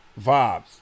vibes